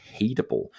hateable